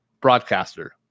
broadcaster